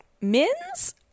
Min's